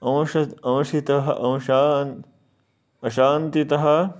अंशः अंशितः अंशा अशान्तिः